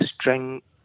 strength